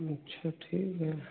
अच्छा ठीक है